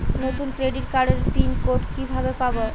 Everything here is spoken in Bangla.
নতুন ক্রেডিট কার্ডের পিন কোড কিভাবে পাব?